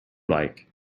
like